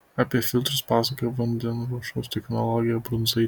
apie filtrus pasakojo vandenruošos technologė brunzaitė